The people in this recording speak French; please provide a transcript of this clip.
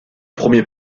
premier